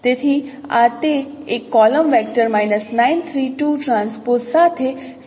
તેથી આ તે એક કોલમ વેક્ટર સાથે સંબંધિત છે